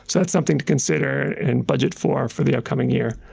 that's something to consider and budget for, for the upcoming year.